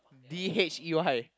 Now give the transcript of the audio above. D H E Y